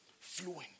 fluent